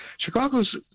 Chicago's